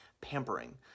pampering